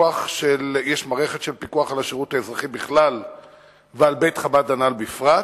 יש מערכת פיקוח על השירות האזרחי בכלל ועל בית-חב"ד הנ"ל בפרט.